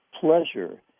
pleasure